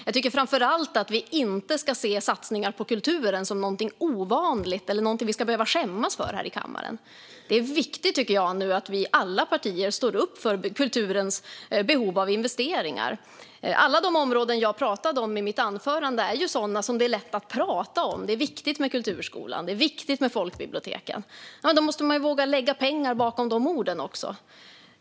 Jag tycker framför allt inte att vi ska se satsningar på kulturen som någonting ovanligt eller någonting som vi ska behöva skämmas för här i kammaren. Jag tycker att det är viktigt att alla partier nu står upp för kulturens behov av investeringar. Alla de områden som jag pratade om i mitt anförande är ju sådana som det är lätt att prata om. Det är viktigt med kulturskolan, och det är viktigt med folkbiblioteken. Men då måste man även våga lägga pengarna bakom de orden.